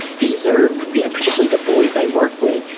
these are you know particularly the boys i work with.